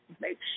make